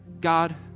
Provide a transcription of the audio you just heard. God